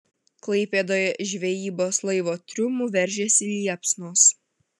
klaipėdoje iš žvejybos laivo triumų veržėsi liepsnos